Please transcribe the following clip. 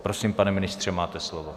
Prosím, pane ministře, máte slovo.